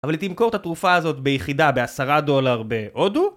אבל היא תמכור את התרופה הזאת ביחידה בעשרה דולר בהודו?